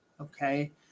Okay